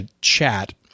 chat